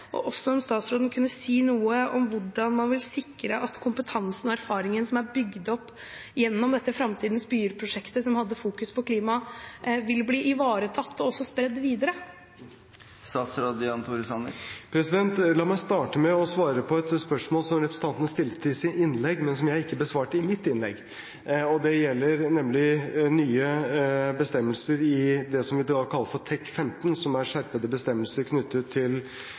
statsråden også si noe om hvordan man vil sikre at kompetansen og erfaringen som er bygd opp gjennom dette Framtidens byer-prosjektet, som hadde fokus på klima, vil bli ivaretatt og også spredd videre? La meg starte med å svare på et spørsmål som representanten stilte i sitt innlegg, og som jeg ikke besvarte i mitt innlegg. Det gjelder nye bestemmelser i det som vi kaller for TEK 15, som er skjerpede bestemmelser knyttet til